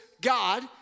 God